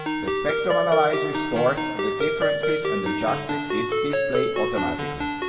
the spectrum analyzer stored the differences and adjusted its display automatically.